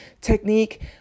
technique